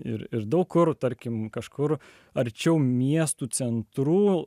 ir ir daug kur tarkim kažkur arčiau miestų centrų